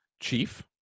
Chief